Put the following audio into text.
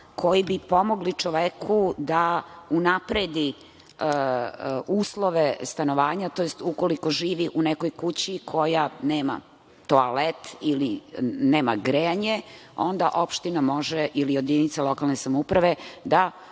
koji bi pomogli čoveku da unapredi uslove stanovanja, tj. ukoliko živi u nekoj kući koja nema toalet ili nema grejanje, onda opština može, ili jedinica lokalne samouprave, da